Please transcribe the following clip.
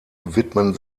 widmen